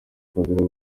kabila